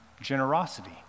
generosity